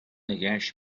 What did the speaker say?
نگهش